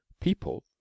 people